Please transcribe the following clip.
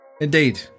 indeed